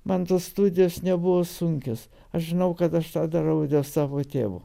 man tos studijos nebuvo sunkios aš žinau kad aš tą darau dėl savo tėvo